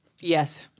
Yes